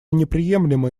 неприемлемо